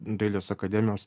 dailės akademijos